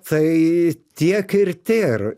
tai tiek ir tėr